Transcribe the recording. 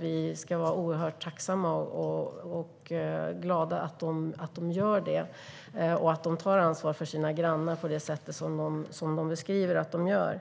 Vi ska vara oerhört tacksamma och glada att de gör det och tar ansvar för sina grannar på det sätt som de beskriver att de gör.